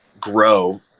grow